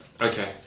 Okay